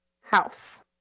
house